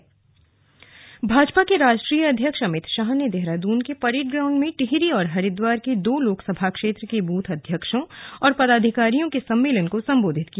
slug Amit Shah दौरा भाजपा के राष्ट्रीय अध्यक्ष अमित शाह ने देहरादून के परेड ग्राउंड में टिहरी और हरिद्वार के दो लोकसभा क्षेत्र के बूथ अध्यक्षों और पदाधिकारियों के सम्मेलन को संबोधित किया